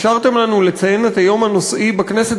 אפשרתם לנו לציין את היום הנושאי בכנסת